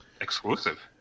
Exclusive